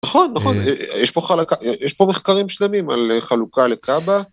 ‫נכון, נכון, יש פה מחקרים שלמים ‫על חלוקה לקבה.